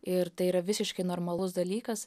ir tai yra visiškai normalus dalykas